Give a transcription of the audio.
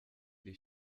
iri